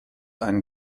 einen